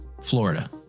Florida